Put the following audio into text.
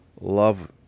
Love